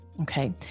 Okay